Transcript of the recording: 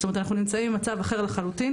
זאת אומרת אנחנו נמצאים במצב אחר לחלוטין.